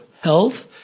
health